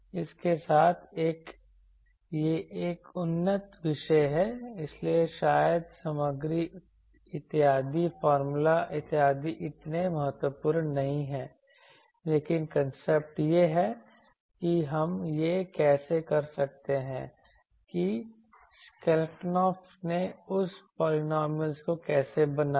इसके साथ यह एक उन्नत विषय है इसलिए शायद सामग्री इत्यादि फॉर्मूला इत्यादि इतने महत्वपूर्ण नहीं हैं लेकिन कांसेप्ट यह है कि हम यह कैसे कर सकते हैं कि स्केलकुंफ ने उस पॉलिनॉमियल को कैसे बनाया